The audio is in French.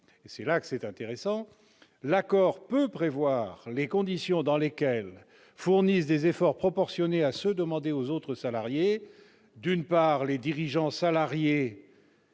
et de durée du travail. [...] L'accord peut prévoir les conditions dans lesquelles fournissent des efforts proportionnés à ceux demandés aux autres salariés : les dirigeants salariés